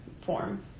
form